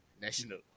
National